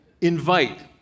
Invite